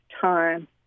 time